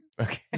okay